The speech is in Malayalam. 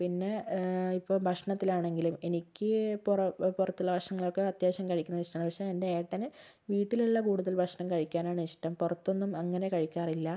പിന്നെ ഇപ്പോൾ ഭക്ഷണത്തിൽ ആണെങ്കിലും എനിക്ക് പുറ പുറത്തുള്ള ഭക്ഷണങ്ങൾ ഒക്കെ അത്യാവശ്യം കഴിക്കുന്നത് ഇഷ്ടമാണ് പക്ഷേ എൻ്റെ ഏട്ടന് വീട്ടിലുള്ള കൂടുതൽ ഭക്ഷണം കഴിക്കാനാണ് ഇഷ്ടം പുറത്തൊന്നും അങ്ങനെ കഴിക്കാറില്ല